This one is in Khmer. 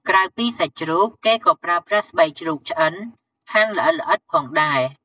ក្រៅពីសាច់ជ្រូក គេក៏ប្រើប្រាស់ស្បែកជ្រូកឆ្អិនហាន់ល្អិតៗផងដែរ។